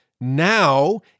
now